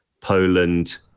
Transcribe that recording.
poland